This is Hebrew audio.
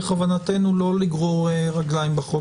בכוונתנו לא לגרור רגליים בחוק.